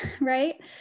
right